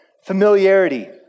familiarity